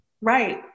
Right